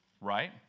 Right